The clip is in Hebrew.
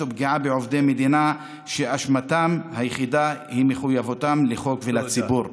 או פגיעה בעובדי מדינה שאשמתם היחידה היא מחויבותם לחוק ולציבור".